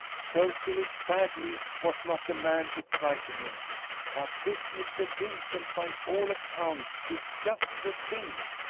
sir philip baddely was not the man to frighten him but this mr. vincent, by all accounts, is just the thing.